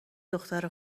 دختر